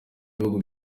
bihugu